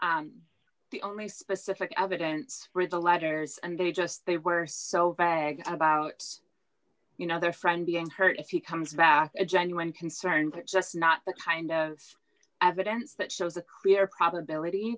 the only specific evidence bryza letters and they just they were so bag about you know their friend being hurt if he comes back a genuine concerns are just not the kind of evidence that shows the clear probability